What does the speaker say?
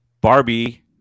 Barbie